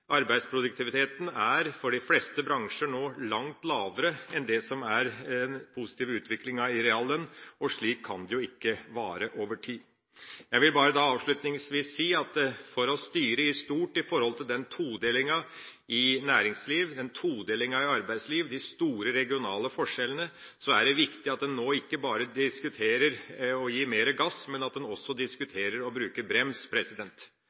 Arbeidsproduktiviteten er for de fleste bransjer nå langt lavere enn det den positive utviklinga i reallønn er. Slikt kan jo ikke vare over tid. Jeg vil bare avslutningsvis si: For å styre i stort, med tanke på todelinga i næringsliv, todelinga i arbeidsliv og de store regionale forskjellene, er det viktig at en nå ikke bare diskuterer å gi mer gass, men at en også diskuterer å bruke brems.